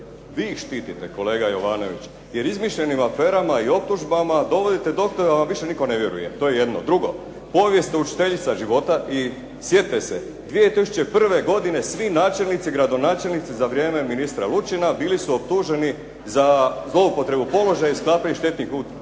Vi ih štitite kolega Jovanović, jer izmišljenim aferama i optužbama dovodite do toga da vam više nitko ne vjeruje, to je jedno. Drugo, povijest je učiteljica života i sjetite se, 2001. godine svi načelnici, gradonačelnici za vrijeme ministra Lučina bili su optuženi za zloupotrebu položaja i sklapanje štetnih ugovora.